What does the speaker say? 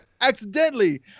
Accidentally